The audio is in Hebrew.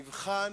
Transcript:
נבחן,